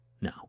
No